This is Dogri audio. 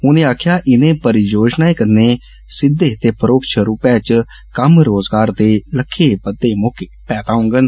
उने आक्खेआ इनें परियोजनाएं कन्नै सिद्दे ते परोक्ष रुपै च कम्म रोज़गार दे लक्खें बद्दे मौके पैदा होंगन